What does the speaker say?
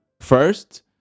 First